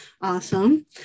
Awesome